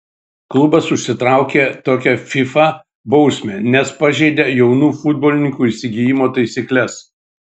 klubas užsitraukė tokią fifa bausmę nes pažeidė jaunų futbolininkų įsigijimo taisykles